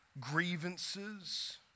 grievances